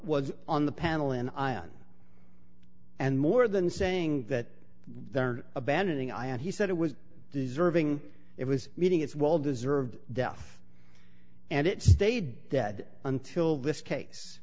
was on the panel in iran and more than saying that they're abandoning i and he said it was deserving it was meeting its well deserved death and it stayed dead until this ca